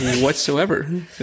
whatsoever